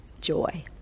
joy